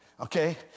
okay